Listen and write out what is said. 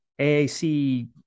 AAC